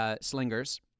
Slingers